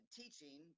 teaching